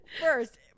First